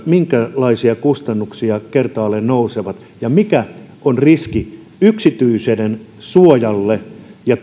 minkälaisia kustannuksia on odotettavissa kertaalleen nousevia ja mikä on riski yksityisyydensuojalle ja